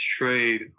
trade